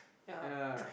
yeah